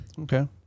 Okay